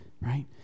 right